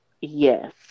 Yes